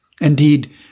Indeed